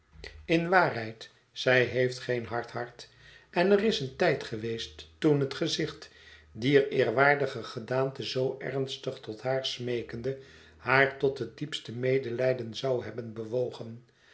in waarheid zij heeft geen hard hart en er is een tijd geweest toen het gezicht dier eerwaardige gedaante zoo ernstig tot haar smeekende haar tot het diepste medelijden zou hebben bewogen